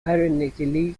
ironically